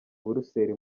buruseli